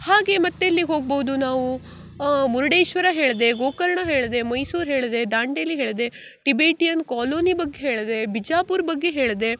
ಹಾಗೆ ಮತ್ತೆಲ್ಲಿಗೆ ಹೋಗ್ಬೋದು ನಾವು ಮುರುಡೇಶ್ವರ ಹೇಳಿದೆ ಗೋಕರ್ಣ ಹೇಳಿದೆ ಮೈಸೂರು ಹೇಳಿದೆ ದಾಂಡೇಲಿ ಹೇಳಿದೆ ಟಿಬೇಟಿಯನ್ ಕಾಲೋನಿ ಬಗ್ಗೆ ಹೇಳಿದೆ ಬಿಜಾಪುರ್ ಬಗ್ಗೆ ಹೇಳಿದೆ